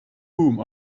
whom